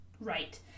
Right